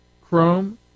Chrome